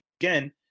again